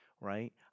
right